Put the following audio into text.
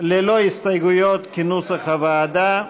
ללא הסתייגויות, כנוסח הוועדה.